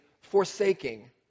forsaking